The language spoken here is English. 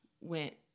went